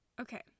Okay